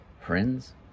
friends